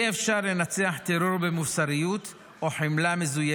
אי-אפשר לנצח טרור במוסריות או חמלה מזויפת.